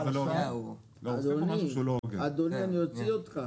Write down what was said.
הצבעה סעיף 85(62) אושר מי בעד סעיף